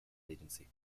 agency